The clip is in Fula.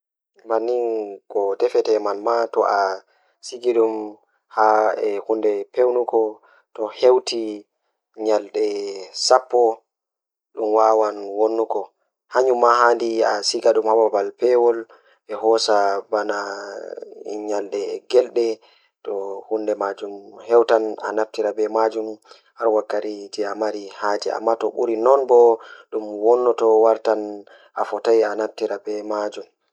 Ko ɗumɗi waɗɗi, sukaaɗe tomato ɗiɗi foti njammugo e nder banko koyɗum ndiyam walla naatugo fiildeeji har lewruɗi. Mbele ko tokkugo fiildeeji, ko ndiyam, ko waɗɗi loowdi jonde. Tiiɗii kono, sukaagu ɗum foti ndiyam haali so waɗii kuudunnde, ɓe njama.